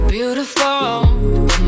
Beautiful